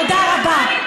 תודה רבה.